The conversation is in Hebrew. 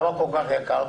למנה כל כך יקר?